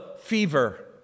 fever